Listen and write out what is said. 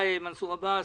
מנסור עבאס.